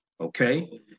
Okay